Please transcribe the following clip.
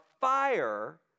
fire